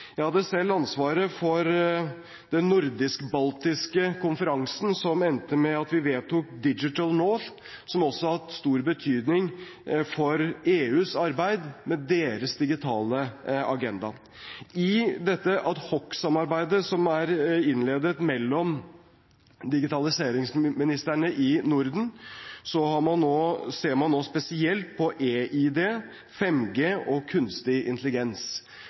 Jeg hadde selv ansvaret for den nordisk-baltiske konferansen som endte med at vi vedtok Digital North, som også har hatt stor betydning for EUs arbeid med deres digitale agenda. I dette adhocsamarbeidet som er innledet mellom digitaliseringsministrene i Norden, ser man nå spesielt på eID, 5G og kunstig intelligens.